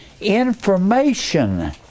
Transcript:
information